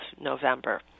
November